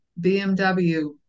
BMW